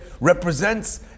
represents